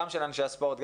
גם את אנשי הספורט,